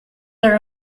are